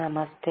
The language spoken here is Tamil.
நமஸ்தே